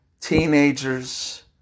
teenagers